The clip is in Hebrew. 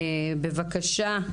הדס, בבקשה,